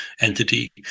entity